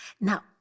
Now